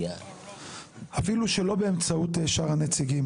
אפילו שלא באמצעות שאר הנציגים,